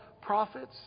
prophets